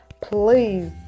Please